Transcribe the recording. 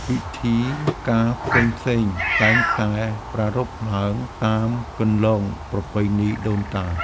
ពិធីការផ្សេងៗតែងតែប្រារព្ធឡើងតាមគន្លងប្រពៃណីដូនតា។